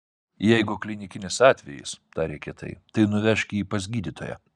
jeigu klinikinis atvejis tarė kietai tai nuvežk jį pas gydytoją